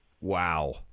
Wow